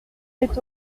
est